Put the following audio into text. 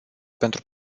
pentru